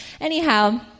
Anyhow